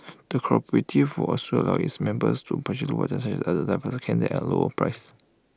the cooperative would also allow its members to purchase items like adult diapers and catheters at A lower price